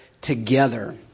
together